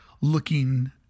looking